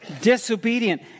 disobedient